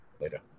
Later